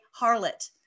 harlot